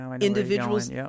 individuals